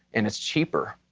and it's cheaper.